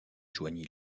joignit